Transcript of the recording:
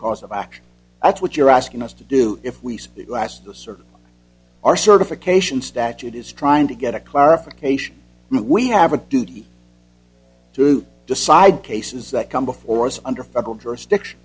course of action that's what you're asking us to do if we asked this or our certification statute is trying to get a clarification we have a duty to decide cases that come before us under federal jurisdiction